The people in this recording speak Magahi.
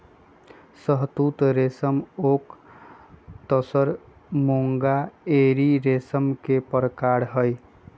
शहतुत रेशम ओक तसर मूंगा एरी रेशम के परकार हई